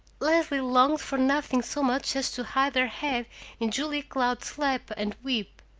leslie longed for nothing so much as to hide her head in julia cloud's lap and weep.